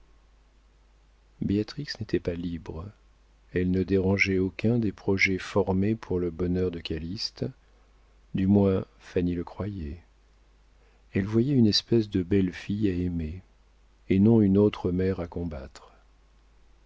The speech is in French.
béatrix n'était pas libre elle ne dérangeait aucun des projets formés pour le bonheur de calyste du moins fanny le croyait elle voyait une espèce de belle-fille à aimer et non une autre mère à combattre